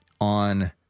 on